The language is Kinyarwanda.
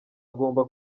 agomba